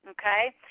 Okay